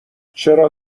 چرا